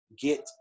get